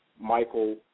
Michael